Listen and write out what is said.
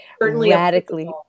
radically